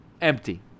Empty